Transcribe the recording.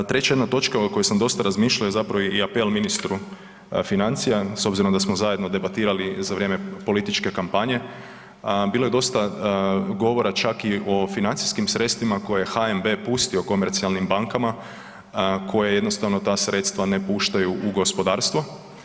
Treća jedna točka o kojoj sam dosta razmišljao je i i apel ministru financija s obzirom da smo zajedno debatirali za vrijeme političke kampanje, bilo je dosta govora čak i o financijskim sredstvima koje je HNB pustio komercijalnim bankama, koje je jednostavno ta sredstva ne puštaju u gospodarstvo.